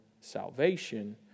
salvation